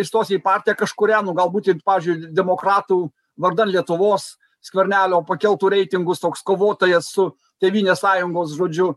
įstosiu į partiją kažkurią nu galbūt į pavyzdžiui demokratų vardan lietuvos skvernelio pakeltų reitingus toks kovotojas su tėvynės sąjungos žodžiu